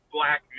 Black